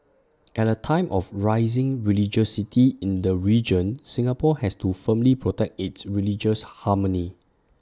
at A time of rising religiosity in the region Singapore has to firmly protect its religious harmony